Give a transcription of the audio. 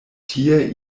tie